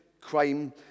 crime